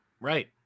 Right